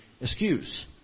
Excuse